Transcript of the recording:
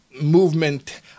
movement